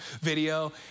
video